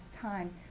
time